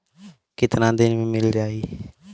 कितना दिन में मील जाई?